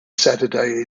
saturday